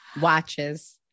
Watches